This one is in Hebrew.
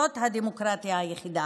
זאת הדמוקרטיה היחידה,